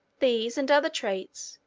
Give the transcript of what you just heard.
these and other traits,